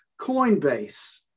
Coinbase